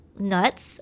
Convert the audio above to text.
nuts